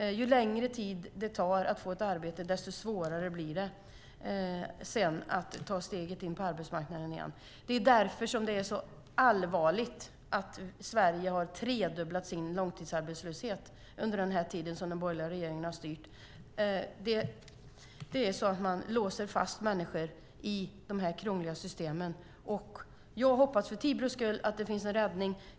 Ju längre tid det tar att få ett arbete, desto svårare blir det sedan att ta steget in på arbetsmarknaden igen. Därför är det allvarligt att Sverige har tredubblat sin långtidsarbetslöshet under den tid som den borgerliga regeringen har styrt. Man låser fast människor i de krångliga systemen. Jag hoppas för Tibros skull att det finns en räddning.